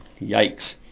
Yikes